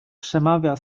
przemawia